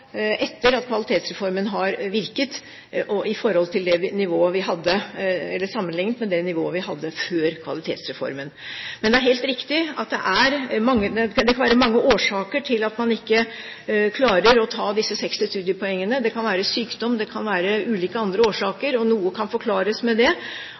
etter at Kvalitetsreformen har virket, sammenlignet med det nivået vi hadde før Kvalitetsreformen. Det er helt riktig at det kan være mange årsaker til at man ikke klarer å ta disse 60 studiepoengene. Det kan være sykdom, det kan være ulike andre årsaker, noe kan forklares med det.